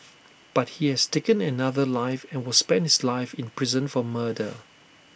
but he has taken another life and will spend his life in prison for murder